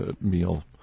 meal